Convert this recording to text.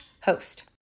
host